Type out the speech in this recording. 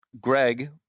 Greg